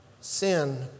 sin